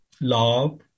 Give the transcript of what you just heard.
love